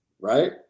right